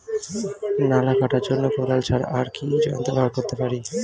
নালা কাটার জন্য কোদাল ছাড়া আর কি যন্ত্র ব্যবহার করতে পারি?